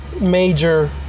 major